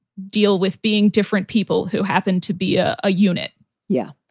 deal with being different people who happen to be a ah unit yeah,